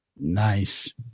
Nice